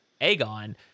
Aegon